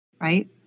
right